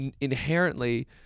inherently